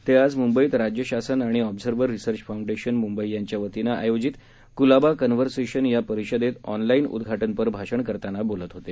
ते आज मुंबईत राज्य शासन आणि ऑब्झव्हर रिसर्च फाऊंडेशन मुंबई यांच्या वतीनं आयोजित कुलाबा कन्व्हसेंशन या परिषदेत ऑनलाईन उद्घाटनपर भाषण करताना बोलत होते